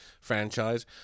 franchise